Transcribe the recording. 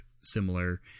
similar